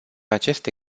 aceste